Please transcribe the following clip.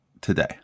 today